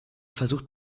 versucht